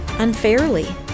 unfairly